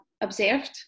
observed